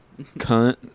Cunt